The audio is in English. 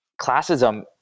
classism